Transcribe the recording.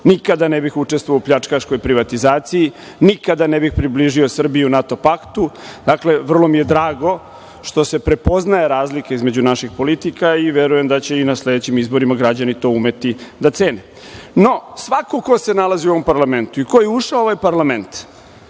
Nikada ne bih učestvovao u pljačkaškoj privatizaciji. Nikada ne bih približio Srbiju NATO paktu. Dakle, vrlo mi je drago što se prepoznaje razlike između naših politika i verujem da će i na sledećim izborima građani to umeti da cene.No, svako ko se nalazi u ovom parlamentu i ko je ušao u ovaj parlament